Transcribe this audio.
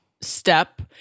Step